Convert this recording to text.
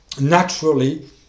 naturally